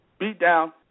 Beatdown